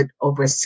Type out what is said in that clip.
over